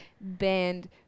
banned